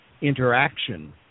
interaction